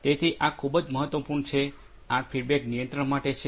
તેથી આ ખૂબ જ મહત્વપૂર્ણ છે આ ફીડબેક નિયંત્રણ માટે છે